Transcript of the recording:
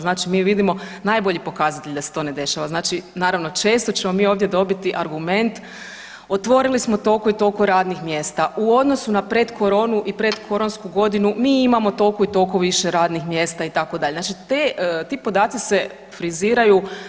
Znači mi vidimo najbolji pokazatelj da se to ne dešava, znači naravno često ćemo mi ovdje dobiti argument, otvorili smo tolko i tolko radnih mjesta, u odnosu na pretkoronu i pretkoronsku godinu mi imamo tolko i tolko više radnih mjesta itd., znači ti podaci se friziraju.